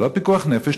זה לא פיקוח נפש,